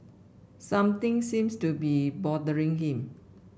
something seems to be bothering him